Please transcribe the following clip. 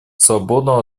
свободного